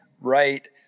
right